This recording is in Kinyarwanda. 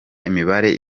imibare